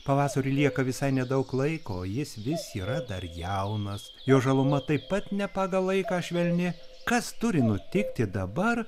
pavasariui lieka visai nedaug laiko jis vis yra dar jaunas jo žaluma taip pat ne pagal laiką švelni kas turi nutikti dabar